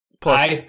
Plus